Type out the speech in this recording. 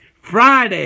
Friday